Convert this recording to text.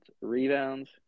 Rebounds